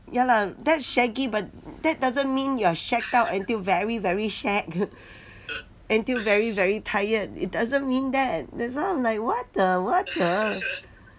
ya lah that's shaggy but that doesn't mean you're shagged out until very very shag until very very tired it doesn't mean that that's why I'm like what the what the